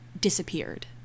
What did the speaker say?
disappeared